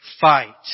fight